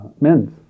men's